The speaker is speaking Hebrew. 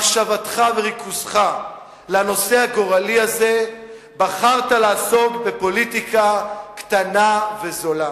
מחשבתך וריכוזך לנושא הגורלי הזה בחרת לעסוק בפוליטיקה קטנה וזולה?